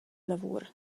lavur